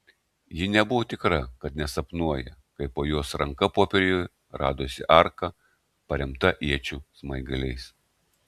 ji nebuvo tikra kad nesapnuoja kai po jos ranka popieriuje radosi arka paremta iečių smaigaliais